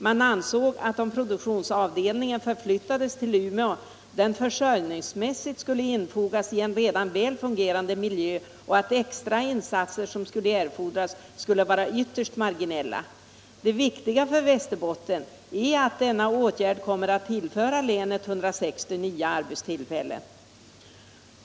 Man ansåg att om produktionsavdelningen förflyttades till Umeå, skulle den försörjningsmässigt infogas i en redan väl fungerande miljö och att extra insatser, som kunde erfordras, skulle vara ytterst marginella. Det viktiga för Västerbotten är att denna åtgärd kommer att tillföra länet 160 nya arbetstillfällen.